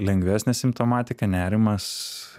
lengvesnė simptomatika nerimas